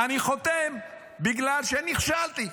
אני חותם בגלל שנכשלתי,